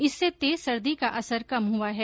इससे तेज सर्दी का असर कम हुआ है